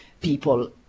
people